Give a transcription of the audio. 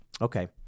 Okay